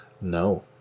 No